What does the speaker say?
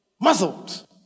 muzzled